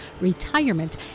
retirement